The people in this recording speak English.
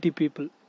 people